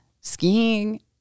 skiing